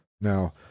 Now